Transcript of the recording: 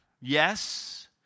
Yes